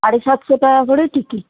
সাড়ে সাতশো টাকা করে টিকিট